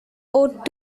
ought